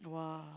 !wah!